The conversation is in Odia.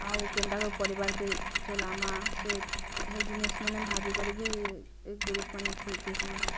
ଆଉ କେନ୍ତା ପରିବାର କେ ଚଲମା ସେ ହେଇ ଜିନିଷ ମାନେ ଭାବି କରି ବି ଗ୍ରୁପ୍ ମାନେ ଖୋଲଥିସନ୍